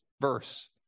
verse